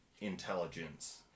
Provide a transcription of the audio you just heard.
intelligence